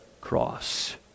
cross